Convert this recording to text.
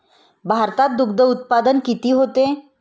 भारतात दुग्धउत्पादन किती होते?